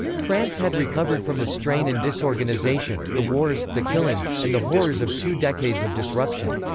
france had recovered from the strain and disorganization, the wars, the killings, and the horrors of two decades of disruption.